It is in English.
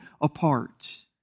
apart